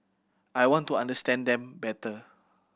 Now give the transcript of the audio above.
I want to understand them better